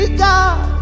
God